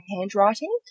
handwriting